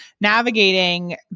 navigating